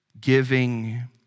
giving